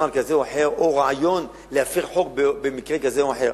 נוהל כזה או אחר או רעיון להפר חוק במקרה כזה או אחר?